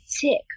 tick